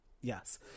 Yes